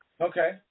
Okay